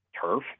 turf